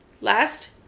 last